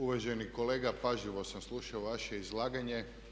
Uvaženi kolega, pažljivo sam slušao vaše izlaganje.